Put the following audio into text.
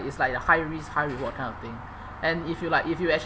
it's like the high risk high reward kind of thing and if you like if you actually